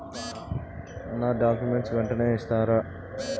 నా డాక్యుమెంట్స్ వెంటనే ఇస్తారా?